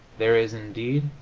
there is, indeed,